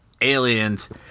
Aliens